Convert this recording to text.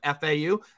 FAU